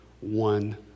one